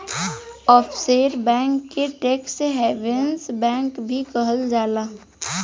offshore bank के tax havens bank भी कहल जाला